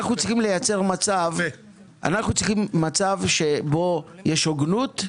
אנחנו צריכים לייצר מצב שבו יש הוגנות,